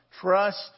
Trust